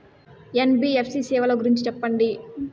NBFC సేవల గురించి సెప్పండి?